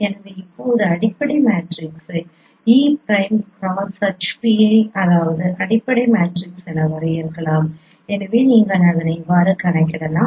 எனவே இப்போது அடிப்படை மேட்ரிக்ஸை e prime cross H pi அதாவது அடிப்படை மேட்ரிக்ஸ் என வரையறுக்கலாம் எனவே நீங்கள் அதை கணக்கிடலாம்